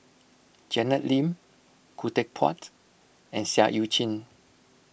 Janet Lim Khoo Teck Puat and Seah Eu Chin